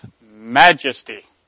majesty